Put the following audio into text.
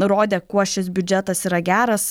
nurodė kuo šis biudžetas yra geras